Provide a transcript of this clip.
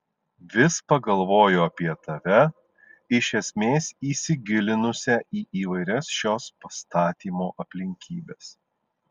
vis pagalvoju apie tave iš esmės įsigilinusią į įvairias šios pastatymo aplinkybes